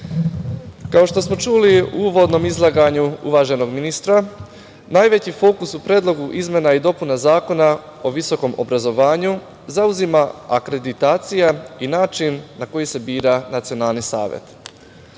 što smo čuli u uvodnom izlaganju uvaženog ministra, najveći fokus u Predlogu izmena i dopuna Zakona o visokom obrazovanju zauzima akreditacija i način na koji se bira Nacionalni savet. Ovaj